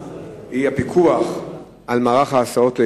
הבאות, בנושא הפיקוח על מערך ההסעות לילדים,